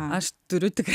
aš turiu tik